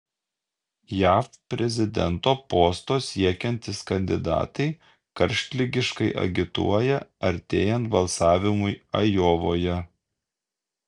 jav prezidento posto siekiantys kandidatai karštligiškai agituoja artėjant balsavimui ajovoje